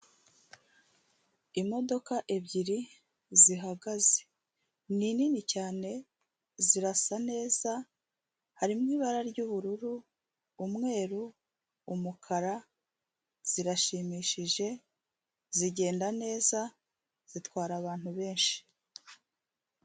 Imodoka ebyiri zihagaze ni nini cyane zirasa neza harimo ibara ry'ubururu, umweru, umukara zirashimishije zigenda neza zitwara abantu benshi.